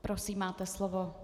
Prosím, máte slovo.